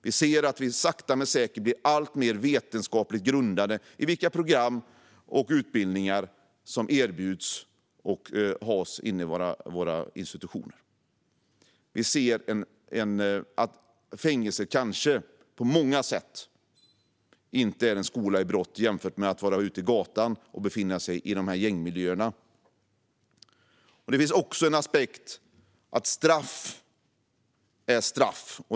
Verksamheten blir sakta men säkert alltmer vetenskapligt grundad i fråga om vilka program och utbildningar som erbjuds och hålls i institutionerna. Fängelse är kanske, på många sätt, inte en skola i brott jämfört med att vistas ute på gatan i dessa gängmiljöer. Det finns också en aspekt att straff är straff.